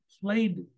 played